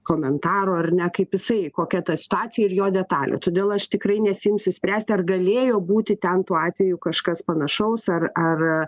komentaro ar ne kaip jisai kokia ta situacija ir jo detalių todėl aš tikrai nesiimsiu spręsti ar galėjo būti ten tuo atveju kažkas panašaus ar ar